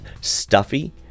stuffy